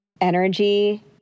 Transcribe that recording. energy